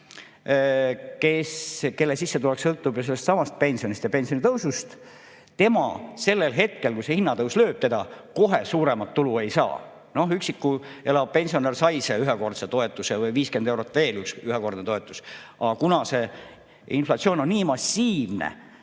kelle sissetulek sõltub sellestsamast pensionist ja pensionitõusust, tema sellel hetkel, kui see hinnatõus lööb teda, kohe suuremat tulu ei saa. Üksi elav pensionär sai selle ühekordse toetuse või 50 eurot veel ühekordset toetust. Aga kuna inflatsioon on nii massiivne,